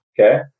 Okay